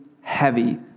heavy